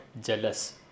jealous